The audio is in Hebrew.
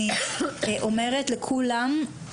אני אומרת לכולם,